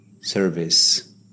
service